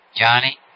Johnny